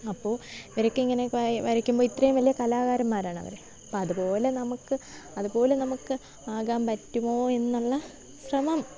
അപ്പോൾ ഇവരൊക്കെ ഇങ്ങനെ വരക്കുമ്പം ഇത്രേം വലിയ കലാകാരൻമാരാണവർ അപ്പമത് പോലെ നമുക്ക് അതുപോലെ നമുക്ക് ആകാൻ പറ്റുമോ എന്നുള്ള ശ്രമം